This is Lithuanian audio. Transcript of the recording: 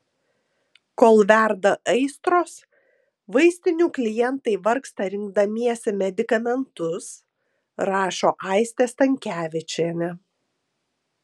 kol verda aistros vaistinių klientai vargsta rinkdamiesi medikamentus rašo aistė stankevičienė